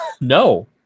no